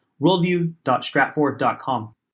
worldview.stratfor.com